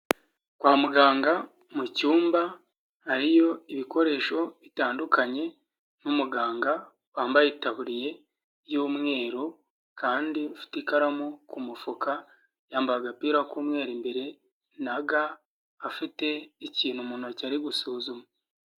Kwa muganga mu cyumba hariyo ibikoresho bitandukanye n'umuganga wambaye itaburiye y'umweru kandi ufite ikaramu ku mufuka, yambaye agapira k'umweru imbere na ga afite ikintu mu ntoki ari gusuzuma.